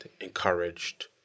encouraged